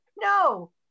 no